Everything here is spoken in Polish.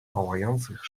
pałających